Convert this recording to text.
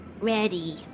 Ready